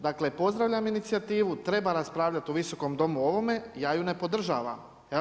Dakle, pozdravljam inicijativu, treba raspravljati u Viskom domu ovome, ja ju ne podržavam.